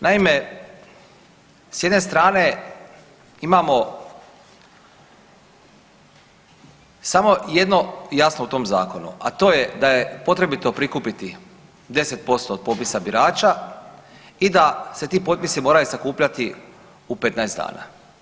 Naime, s jedne strane imamo samo jedno jasno u tom zakonu, a to je da je potrebito prikupiti 10% od popisa birača i da se ti potpisi moraju sakupljati u 15 dana.